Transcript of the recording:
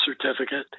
certificate